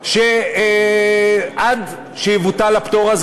עד שיבוטל הפטור הזה.